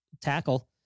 tackle